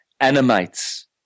animates